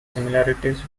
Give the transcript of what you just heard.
similarities